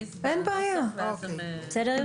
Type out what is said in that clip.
אין בעיה, קדימה.